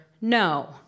no